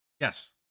Yes